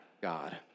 God